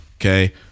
Okay